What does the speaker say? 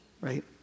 right